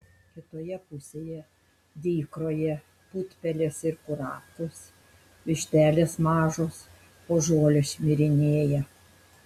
kitoje pusėje dykroje putpelės ir kurapkos vištelės mažos po žolę šmirinėja